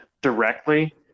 directly